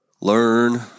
Learn